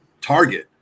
target